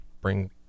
bring